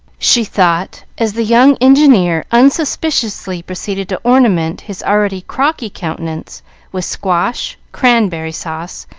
she thought, as the young engineer unsuspiciously proceeded to ornament his already crocky countenance with squash, cranberry sauce,